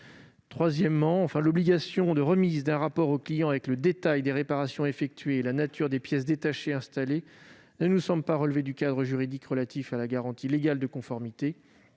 Troisièmement, l'obligation de remise d'un rapport au client avec le détail des réparations effectuées et la nature des pièces détachées installées ne nous semble pas relever du cadre juridique relatif à la garantie légale de conformité.